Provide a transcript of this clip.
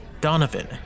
Donovan